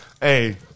hey